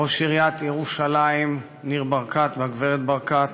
ראש עיריית ירושלים ניר ברקת והגברת ברקת,